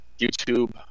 YouTube